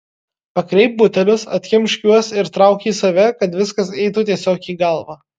pakreipk butelius atkimšk juos ir trauk į save kad viskas eitų tiesiog į galvą